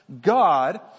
god